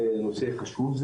זה נושא חשוב.